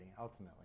ultimately